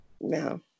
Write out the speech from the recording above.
No